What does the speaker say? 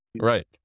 right